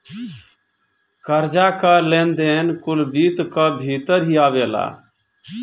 कर्जा कअ लेन देन कुल वित्त कअ भितर ही आवेला